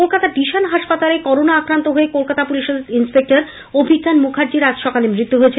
কলকাতার ডিসান হাসপাতালে করোনা আক্রান্ত হয়ে কলকাতা পুলিশে ইনসপেক্টর অভিজ্ঞান মুখার্জীর আজ সকালে মৃত্যু হয়েছে